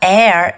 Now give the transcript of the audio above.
Air